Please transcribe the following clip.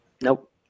Nope